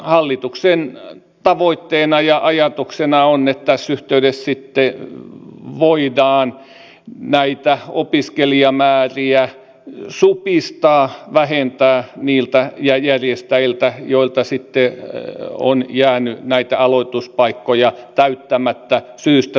hallituksen tavoitteena ja ajatuksena on että tässä yhteydessä sitten voidaan näitä opiskelijamääriä supistaa vähentää niiltä järjestäjiltä joilta on jäänyt näitä aloituspaikkoja täyttämättä syystä tai toisesta